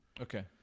Okay